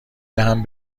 دهم